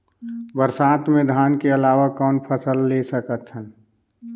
बरसात मे धान के अलावा कौन फसल ले सकत हन?